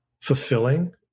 fulfilling